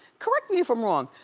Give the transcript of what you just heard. correct me if i'm wrong,